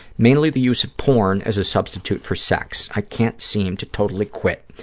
mainly the use of porn as a substitute for sex. i can't seem to totally quit.